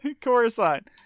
Coruscant